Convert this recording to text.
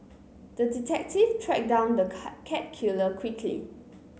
the detective tracked down the cat killer quickly